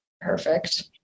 perfect